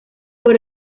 por